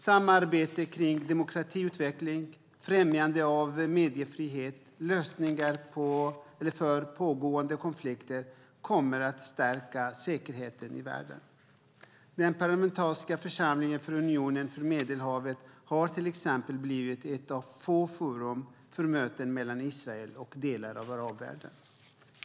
Samarbete om demokratiutveckling, främjande av mediefrihet och lösningar på pågående konflikter kommer att stärka säkerheten i världen. Den parlamentariska församlingen för Unionen för Medelhavet har till exempel blivit ett av få forum för möten mellan Israel och delar av arabvärlden.